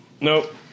Nope